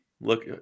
Look